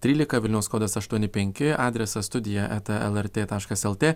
trylika vilniaus kodas aštuoni penki adresas studija eta lrt taškas lt